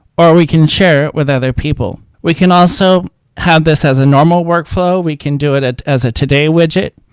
or we can share it with other people we can also have this as a normal workflow, can do it it as a today widget,